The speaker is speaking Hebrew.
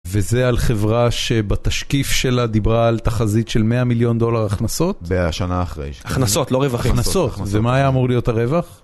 וזה על חברה שבתשקיף שלה דיברה על תחזית של 100 מיליון דולר הכנסות? בשנה אחרי. הכנסות, לא רווחים, הכנסות. ומה היה אמור להיות הרווח?